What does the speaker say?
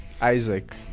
Isaac